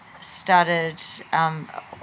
started